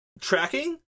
tracking